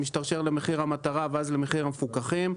שמשתרשר למחיר המטרה ואז למחיר המפוקחים.